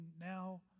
now